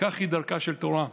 "כך היא דרכה של תורה,